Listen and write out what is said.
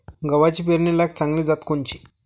गव्हाची पेरनीलायक चांगली जात कोनची?